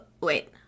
wait